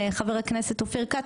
חבר הכנסת אופיר כץ,